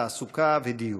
תעסוקה ודיור.